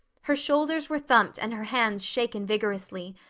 her shoulders were thumped and her hands shaken vigorously.